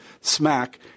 Smack